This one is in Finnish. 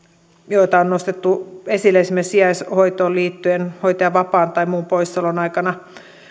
joita on nostettu esille esimerkiksi sijaishoitoon liittyen hoitajan vapaan tai muun poissaolon aikana